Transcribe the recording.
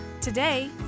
Today